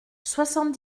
soixante